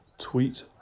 tweet